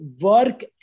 work